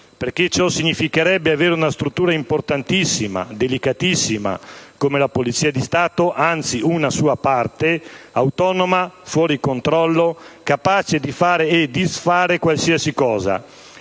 perché ciò significherebbe avere una struttura importantissima, delicatissima, come la Polizia di Stato, anzi una sua parte, autonoma, fuori controllo, capace di fare e disfare qualsiasi cosa.